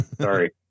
Sorry